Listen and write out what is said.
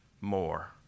more